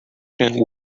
condition